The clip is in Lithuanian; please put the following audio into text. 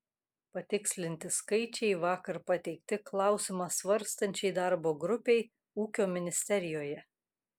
patikslinti skaičiai vakar pateikti klausimą svarstančiai darbo grupei ūkio ministerijoje